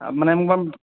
মানে মোৰ